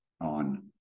on